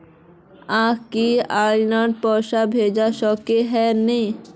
आहाँ के ऑनलाइन पैसा भेज सके है नय?